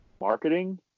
Marketing